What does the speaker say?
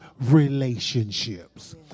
relationships